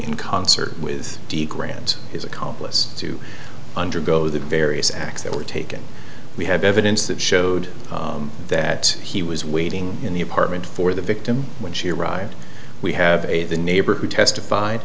in concert with the grant his accomplice to undergo the various acts that were taken we have evidence that showed that he was waiting in the apartment for the victim when she arrived we have a the neighbor who testif